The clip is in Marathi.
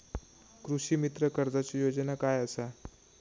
कृषीमित्र कर्जाची योजना काय असा?